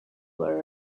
were